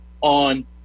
on